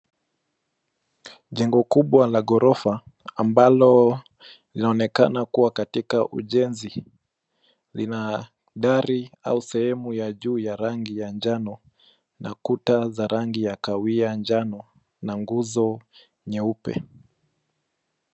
Jengo kubwa la ghorofa ambalo linaonekana kuwa katika ujenzi lina dari au sehemu ya juu ya rangi ya njano na kuta za rangi ya kahawia njano na nguzo nyeupe.